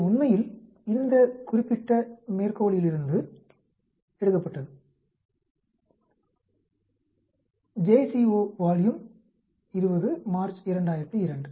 இது உண்மையில் இந்த குறிப்பிட்ட மேற்கொளிலிருந்து எடுக்கப்பட்டது j c o volume 20 March 2002